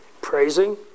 praising